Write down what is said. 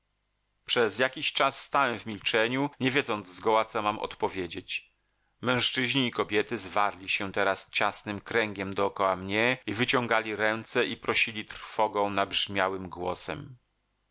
przez jakiś czas stałem w milczeniu nie wiedząc zgoła co mam odpowiedzieć mężczyźni i kobiety zwarli się teraz ciasnym kręgiem dokoła mnie i wyciągali ręce i prosili trwogą nabrzmiałym głosem